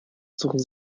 suchen